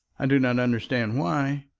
i do not understand why.